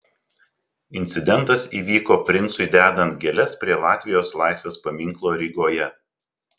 incidentas įvyko princui dedant gėles prie latvijos laisvės paminklo rygoje